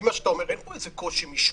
מה שאתה אומר אין פה איזה קושי משפטי.